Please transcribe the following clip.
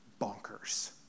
bonkers